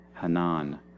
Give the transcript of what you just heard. Hanan